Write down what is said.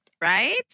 Right